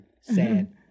Sad